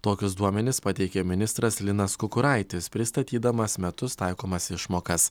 tokius duomenis pateikė ministras linas kukuraitis pristatydamas metus taikomas išmokas